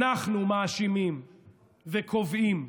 אנחנו מאשימים וקובעים,